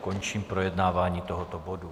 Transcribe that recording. Končím projednávání tohoto bodu.